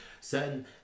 certain